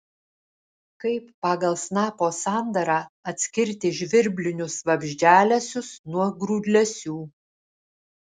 kaip pagal snapo sandarą atskirti žvirblinius vabzdžialesius nuo grūdlesių